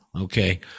Okay